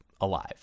alive